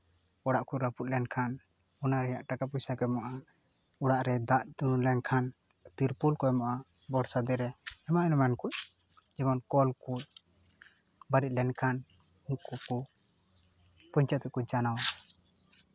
ᱚᱲᱟᱜ ᱠᱚ ᱨᱟᱹᱯᱩᱫ ᱞᱮᱱᱠᱷᱟᱱ ᱚᱱᱟ ᱨᱮᱭᱟᱜ ᱴᱟᱠᱟ ᱯᱚᱭᱥᱟ ᱠᱚ ᱮᱢᱚᱜᱼᱟ ᱚᱲᱟᱜ ᱨᱮ ᱫᱟᱜ ᱧᱩᱨᱩ ᱞᱮᱱᱠᱷᱟᱱ ᱛᱤᱨᱯᱳᱞ ᱠᱚ ᱮᱢᱚᱜᱼᱟ ᱵᱚᱨᱥᱟ ᱫᱤᱱᱨᱮ ᱮᱢᱟᱱ ᱮᱢᱟᱱ ᱠᱚ ᱡᱮᱢᱚᱱ ᱠᱚᱞ ᱠᱚ ᱵᱟᱹᱲᱤᱡ ᱞᱮᱱᱠᱷᱟᱱ ᱩᱱᱠᱩ ᱠᱚ ᱯᱚᱧᱪᱟᱭᱮᱛ ᱨᱮᱠᱚ ᱡᱟᱱᱟᱣᱟ